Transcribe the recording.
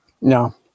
No